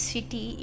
City